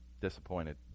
Disappointed